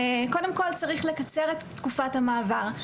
קודם כל, צריך לקצר את תקופת המעבר.